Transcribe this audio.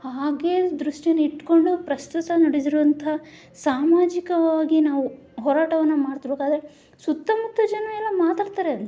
ಹಾಗೆ ದೃಷ್ಟೀನಿಟ್ಕೊಂಡು ಪ್ರಸ್ತುತ ನಡಿತಿರುವಂಥ ಸಾಮಾಜಿಕವಾಗಿ ನಾವು ಹೋರಾಟವನ್ನು ಮಾಡ್ತಿರಬೇಕಾದರೆ ಸುತ್ತಮುತ್ತ ಜನ ಎಲ್ಲಾ ಮಾತಾಡ್ತಾರೆ